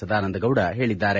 ಸದಾನಂದ ಗೌಡ ಹೇಳದ್ದಾರೆ